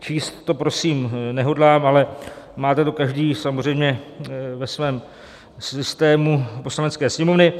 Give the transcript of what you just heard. Číst to prosím nehodlám, ale máte to každý samozřejmě ve svém systému Poslanecké sněmovny;